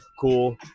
cool